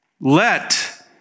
let